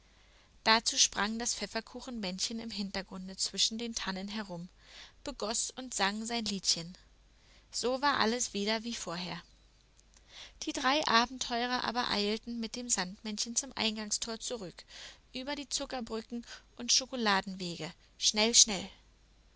dazu sprang das pfefferkuchenmännchen im hintergrunde zwischen den tannen herum begoß und sang sein liedchen so war alles wieder wie vorher die drei abenteurer aber eilten mit dem sandmännchen zum eingangstor zurück über die zuckerbrücken und schokoladenwege schnell schnell